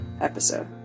episode